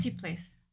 place